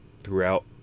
throughout